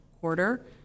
quarter